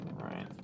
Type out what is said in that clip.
right